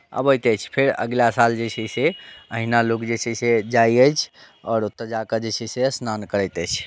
अबैत अछि फेर अगिला साल जे छै से अहिना लोक जे छै से जाइत अछि आओर ओतय जा कऽ जे छै से स्नान करैत अछि